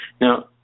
Now